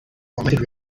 augmented